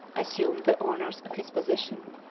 assumed the honours of his position,